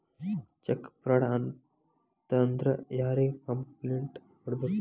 check fraud ಆತಂದ್ರ ಯಾರಿಗ್ complaint ಕೂಡ್ಬೇಕು